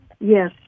Yes